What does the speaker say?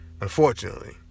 unfortunately